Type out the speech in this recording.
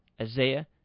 Isaiah